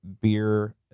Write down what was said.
beer